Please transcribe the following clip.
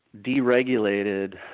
deregulated